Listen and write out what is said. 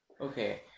Okay